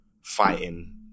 fighting